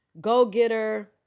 go-getter